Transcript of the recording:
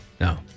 No